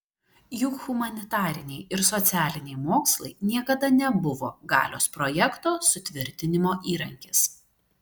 juk humanitariniai ir socialiniai mokslai niekada nebuvo galios projekto sutvirtinimo įrankis